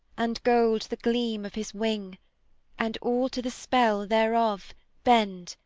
and gold the gleam of his wing and all to the spell thereof bend,